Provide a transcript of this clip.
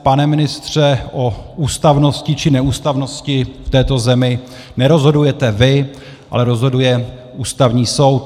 Pane ministře, o ústavnosti či neústavnosti v této zemi nerozhodujete vy, ale rozhoduje Ústavní soud.